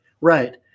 right